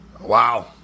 Wow